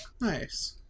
Nice